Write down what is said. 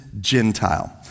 gentile